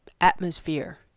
atmosphere